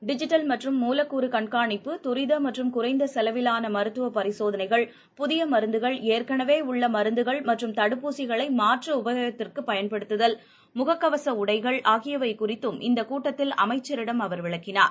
digital மற்றும் மூலக்கூறுகண்காணிப்பு துரிதமற்றும் குறைந்தசெலவிலானமருத்துவபரிசோதனைகள் புதியமருந்துகள் ஏற்களவேஉள்ளமருந்துகள் மற்றும் தடுப்பூசிகளைமாற்றுஉபயோகத்திற்குபயன்படுத்துதல் முழுகவசஉடைகள் ஆகியவைகுறித்தும் இந்தகூட்டத்தில் அமைச்சரிடம் அவர் விளக்கினார்